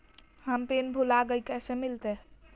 हम पिन भूला गई, कैसे मिलते?